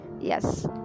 Yes